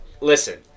listen